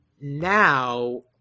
now